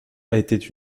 été